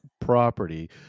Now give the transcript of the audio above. property